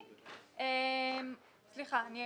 אלא